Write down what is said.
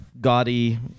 gaudy